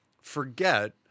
forget